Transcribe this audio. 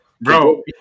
Bro